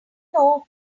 know